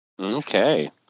Okay